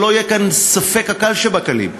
שלא יהיה כאן ספק הקל שבקלים.